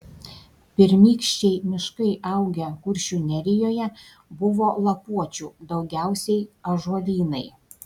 pirmykščiai miškai augę kuršių nerijoje buvo lapuočių daugiausiai ąžuolynai